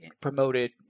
promoted